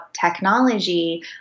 technology